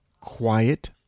quiet